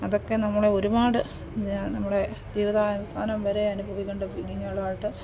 അതൊക്കെ നമ്മളെ ഒരുപാട് നമ്മുടെ ജീവിതാവസാനം വരെ അനുഭവിക്കേണ്ട ഫീലിങ്ങുകളായിട്ട്